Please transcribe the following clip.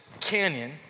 canyon